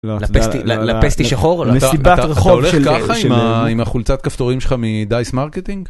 לפסטי... ‫לפסטי שחור. מסיבת רחוב של אה... אתה הולך ככה, עם החולצת כפתורים ‫שלך מדייס-מרקטינג?